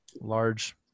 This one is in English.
large